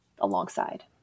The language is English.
alongside